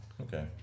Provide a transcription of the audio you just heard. okay